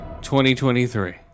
2023